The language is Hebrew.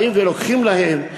באים ולוקחים להם.